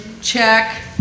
check